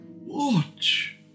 Watch